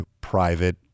private